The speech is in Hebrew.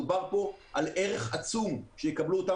מדובר פה על ערך עצום שיקבלו אותם